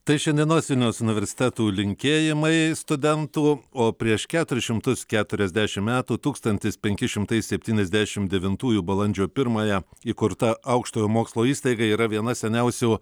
tai šiandienos vilniaus universitetų linkėjimai studentų o prieš keturis šimtus keturiasdešimt metų tūkstantis penki šimtai septyniasdešim devintųjų balandžio pirmąją įkurta aukštojo mokslo įstaiga yra viena seniausių